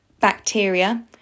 bacteria